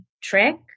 trick